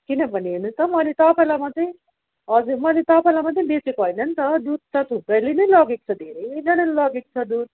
किनभने हेर्नुहोस् त मैले तपाईँलाई मात्रै हजुर मैले तपाईँलाई मात्रै बेचेको हैन नि त दुध थुप्रैले नै लगेक्छ धेरैजानाले लगेक्छ दुध